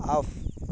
off